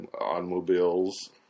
automobiles